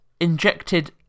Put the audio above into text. injected